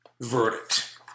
verdict